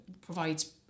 provides